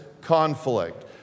conflict